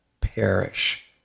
perish